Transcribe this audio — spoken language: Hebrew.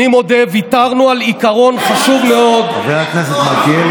(חבר הכנסת יואב